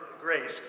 grace